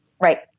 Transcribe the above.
Right